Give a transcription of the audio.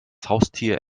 haustier